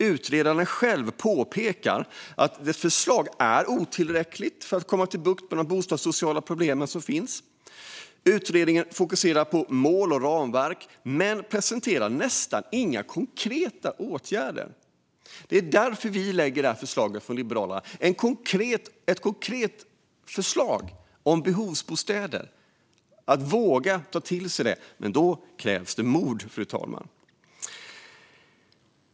Utredaren själv påpekar att förslaget är otillräckligt för att få bukt med de bostadssociala problem som finns. Utredningen fokuserar på mål och ramverk men presenterar nästan inga konkreta åtgärder. Det är därför vi från Liberalerna lägger fram det här konkreta förslaget om behovsbostäder. För att våga ta till sig det krävs det mod, fru talman.